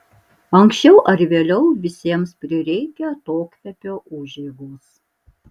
anksčiau ar vėliau visiems prireikia atokvėpio užeigos